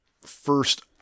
first